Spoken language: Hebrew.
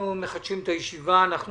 אנחנו מחדשים את ישיבת ועדת הכספים.